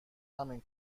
همین